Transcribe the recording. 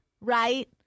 right